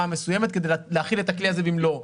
מסוימת כדי להחיל את הכלי הזה במלואו.